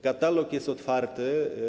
Katalog jest otwarty.